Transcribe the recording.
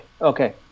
okay